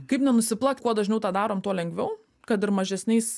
kaip nenusiplakt kuo dažniau tą darom tuo lengviau kad ir mažesniais